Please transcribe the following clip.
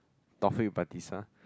Taufik-Batisah